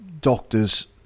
doctors